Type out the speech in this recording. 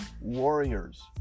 warriors